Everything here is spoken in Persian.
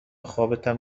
خوابتم